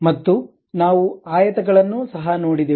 ಮತ್ತು ನಾವು ಆಯತ ಗಳನ್ನೂ ಸಹ ನೋಡಿದೆವು